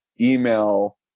email